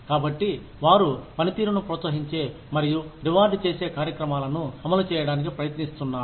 కాబట్టి వారు పనితీరును ప్రోత్సహించే మరియు రివార్డ్ చేసే కార్యక్రమాలను అమలు చేయడానికి ప్రయత్నిస్తున్నారు